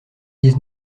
dix